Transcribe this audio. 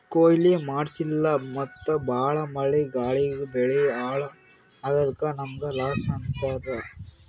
ಕೊಯ್ಲಿ ಮಾಡ್ಸಿಲ್ಲ ಮತ್ತ್ ಭಾಳ್ ಮಳಿ ಗಾಳಿಗ್ ಬೆಳಿ ಹಾಳ್ ಆಗಾದಕ್ಕ್ ನಮ್ಮ್ಗ್ ಲಾಸ್ ಆತದ್